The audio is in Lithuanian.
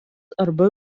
arba